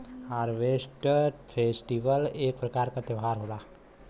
harvest festival एक प्रकार क त्यौहार होला